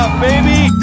baby